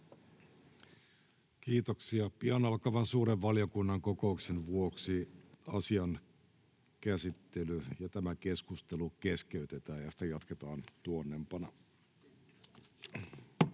Kiitoksia. — Pian alkavan suuren valiokunnan kokouksen vuoksi asian käsittely ja tämä keskustelu keskeytetään ja sitä jatketaan tuonnempana.